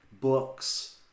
books